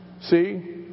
See